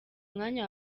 umwanya